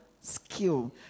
skill